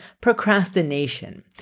procrastination